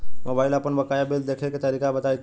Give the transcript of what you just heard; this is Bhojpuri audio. मोबाइल पर आपन बाकाया बिल देखे के तरीका बताईं तनि?